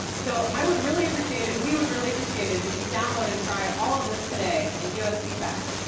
so i would really appreciate it, we would really appreciate it, if you download and try all of this today and give us feedback.